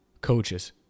coaches